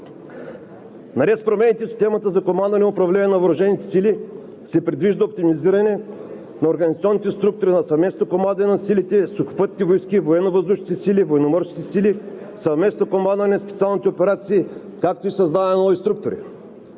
Наред с промените в системата за командване и управление на въоръжените сили се предвижда оптимизиране на организационните структури на съвместното командване на силите, сухопътните войски, военновъздушните сили, военноморските сили, съвместното командване на специалните операции, както и създаване на нови структури.